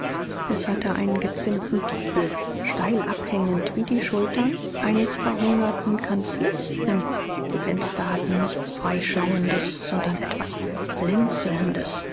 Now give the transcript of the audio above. es hatte einen gezinnten giebel steilabhängend wie die schultern eines verhungerten kanzlisten die fenster hatten nichts freischauendes sondern etwas blinzelndes